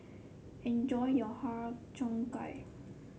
enjoy your Har Cheong Gai